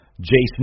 Jason